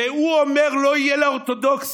והוא אומר: לא יהיה לאורתודוקסיה